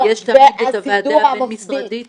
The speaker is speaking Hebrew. יש את הוועדה הבין משרדית --- נכון,